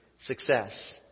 success